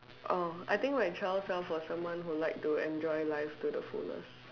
oh I think my child self was someone who liked to enjoy life to the fullest